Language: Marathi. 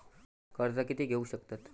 कर्ज कीती घेऊ शकतत?